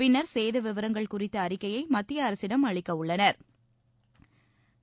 பின்னா் சேத விவரங்கள் குறித்த அறிக்கையை மத்திய அரசிடம் அளிக்க உள்ளனா்